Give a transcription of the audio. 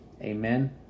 Amen